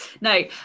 No